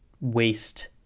waste